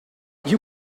you